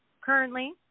currently